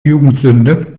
jugendsünde